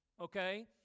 okay